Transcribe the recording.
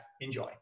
Enjoy